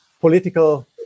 political